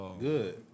Good